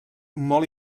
molt